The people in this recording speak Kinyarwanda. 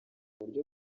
buryo